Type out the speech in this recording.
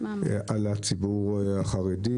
על הציבור החרדי.